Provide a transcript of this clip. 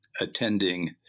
attending